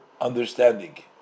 understanding